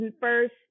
first